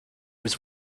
was